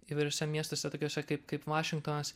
įvairiuose miestuose tokiuose kaip kaip vašingtonas